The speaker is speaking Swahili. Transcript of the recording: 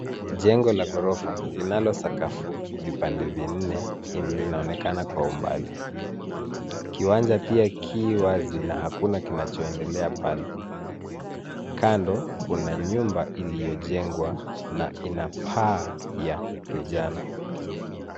Jengo la ghorofa linalo sakafu vipande vinne linaonekana kwa umbali. Kiwanja pia ki wazi na hakuna kinachoendelea pale. Kando, kuna nyumba iliyojengwa na ina paa ya kijana.